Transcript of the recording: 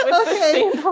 Okay